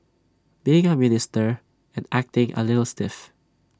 being A minister and acting A little stiff